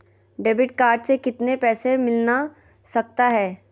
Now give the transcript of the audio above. Debit card से कितने पैसे मिलना सकता हैं?